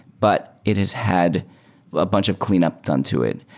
but it has had a bunch of cleanup done to it.